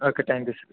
okay thank you sir